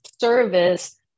service